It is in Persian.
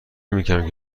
نمیکردم